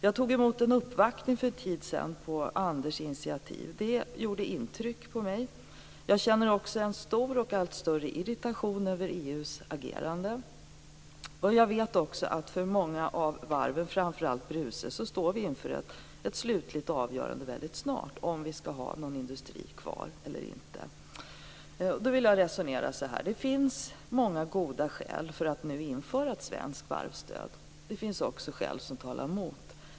Jag tog emot en uppvaktning för en tid sedan på Anders Karlssons initiativ. Den gjorde intryck på mig. Jag känner också en stor och allt större irritation över EU:s agerande. Jag vet också att situationen är allvarlig för många av varven, framför allt för Bruces. Vi kommer väldigt snart att stå inför ett slutligt avgörande om vi skall ha någon industri kvar eller inte. Jag vill resonera så här. Det finns många goda skäl för att nu införa ett svenskt varvsstöd. Det finns också skäl som talar mot detta.